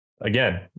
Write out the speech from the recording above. again